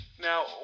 Now